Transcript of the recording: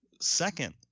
Second